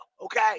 Okay